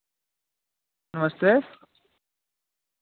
नमस्ते